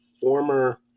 former